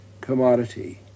commodity